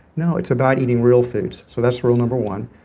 no. it's about eating real foods. so that's rule number one.